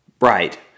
Right